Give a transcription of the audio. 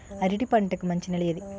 అరటి పంట కి మంచి నెల ఏది?